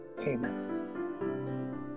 Amen